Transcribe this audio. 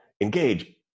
engage